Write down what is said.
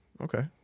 Okay